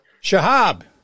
Shahab